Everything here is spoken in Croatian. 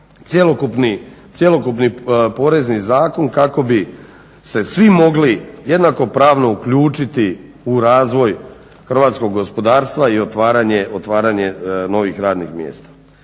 cjelokupno Porezni zakon kako bi se svi mogli jednakopravno uključiti u razvoj hrvatskog gospodarstva i otvaranje novih radnih mjesta.